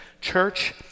Church